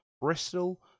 Bristol